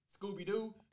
Scooby-Doo